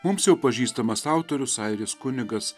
mums jau pažįstamas autorius airis kunigas